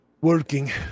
working